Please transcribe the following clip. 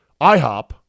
IHOP